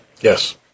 Yes